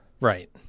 Right